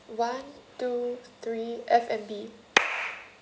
one two three F&B